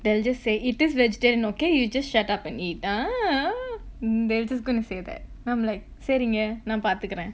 they'll just say it is vegetarian okay you just shut up and eat ah ah they're just gonna say that I'm like செரிங்க நா பாத்துக்குற:seringa naa paathukkura